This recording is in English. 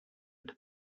into